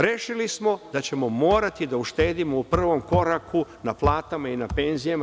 Rešili smo da ćemo morati da uštedimo u prvom koraku na platama i na penzijama.